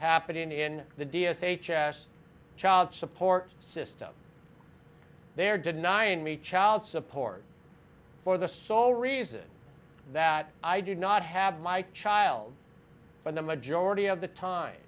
happening in the d s h s child support system they're denying me child support for the sole reason that i did not have my child for the majority of the time